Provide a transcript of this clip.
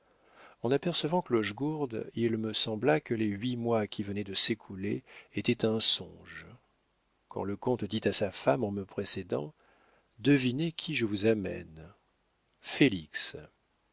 en apercevant clochegourde il me sembla que les huit mois qui venaient de s'écouler étaient un songe quand le comte dit à sa femme en me précédant devinez qui je vous amène félix